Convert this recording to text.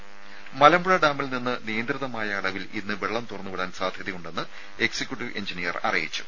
രുര മലമ്പുഴ ഡാമിൽ നിന്ന് നിയന്ത്രിതമായ അളവിൽ ഇന്ന് വെള്ളം തുറന്ന് വിടാൻ സാധ്യതയുണ്ടെന്ന് എക്സിക്യുട്ടീവ് എഞ്ചിനീയർ അറിയിച്ചു